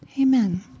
Amen